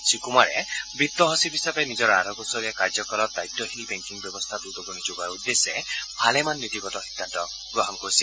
শ্ৰীকুমাৰে বিত্ত সচিব হিচাপে নিজৰ আঢ়ৈ বছৰীয়া কাৰ্যকালত দায়িত্বশীল বেংকিং ব্যৱস্থাত উদগণি যোগোৱাৰ উদ্দেশ্যে ভালেমান নীতিগত সিদ্ধান্ত গ্ৰহণ কৰিছিল